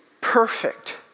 perfect